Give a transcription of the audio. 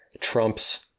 Trump's